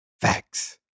Facts